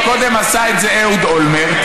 כשקודם עשה את זה אהוד אולמרט,